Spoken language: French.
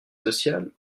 sociales